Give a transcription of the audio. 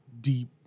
deep